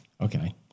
Okay